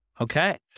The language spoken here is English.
Okay